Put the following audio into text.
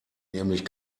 nämlich